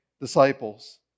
disciples